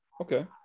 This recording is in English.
okay